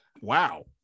Wow